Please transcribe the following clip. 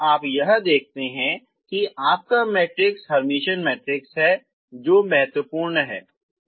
इसलिए यह आप देखते हैं कि आपका मैट्रिक्स हर्मिशियन मैट्रिक्स है जो महत्वपूर्ण है